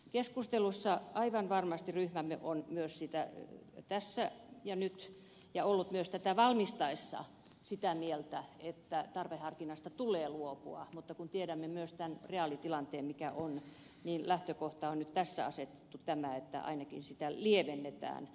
keskustelussa aivan varmasti ryhmämme on tässä ja nyt ja on ollut myös tätä valmistaessaan sitä mieltä että tarveharkinnasta tulee luopua mutta kun tiedämme myös tämän reaalitilanteen mikä on niin lähtökohta on nyt tässä asetettu siihen että ainakin sitä tarveharkintaa lievennetään